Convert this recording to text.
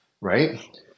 Right